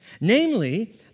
Namely